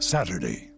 Saturday